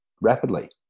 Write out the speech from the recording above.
Rapidly